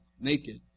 naked